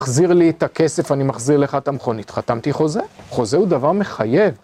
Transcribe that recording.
תחזיר לי את הכסף, אני מחזיר לך את המכונית. חתמתי חוזה, חוזה הוא דבר מחייב!